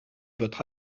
votre